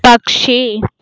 పక్షి